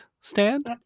stand